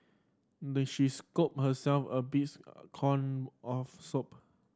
the she scooped herself a corn of soup